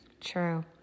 True